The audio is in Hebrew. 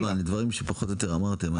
אלו דברים שפחות או יותר אמרתם.